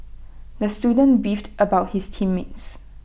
the student beefed about his team mates